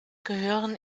gehören